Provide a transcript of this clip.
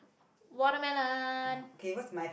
watermelon